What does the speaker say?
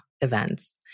events